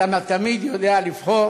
אתה תמיד יודע לבחור